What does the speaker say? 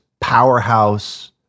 powerhouse